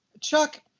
Chuck